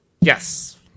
Yes